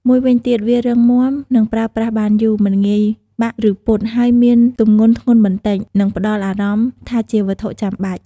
មួយវិញទៀត វារឹងមាំ និងប្រើប្រាស់បានយូរ មិនងាយបាក់ ឬពត់ ហើយមានទម្ងន់ធ្ងន់បន្តិច និងផ្តល់អារម្មណ៍ថាជាវត្ថុចាំបាច់។